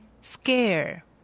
scare